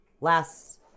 Last